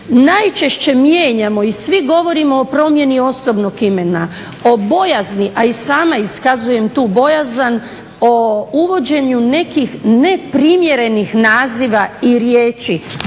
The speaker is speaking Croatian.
Najčešće mijenjamo i svi govorimo o promjeni osobnog imena, o bojazni, a i sama iskazujem tu bojazan o uvođenju nekih neprimjerenih naziva i riječi,